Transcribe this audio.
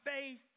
faith